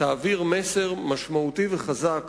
תעביר מסר משמעותי וחזק